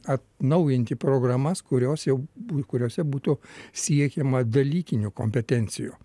atnaujinti programas kurios jau kuriose būtų siekiama dalykinių kompetencijų